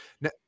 Now